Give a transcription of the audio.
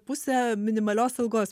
pusę minimalios algos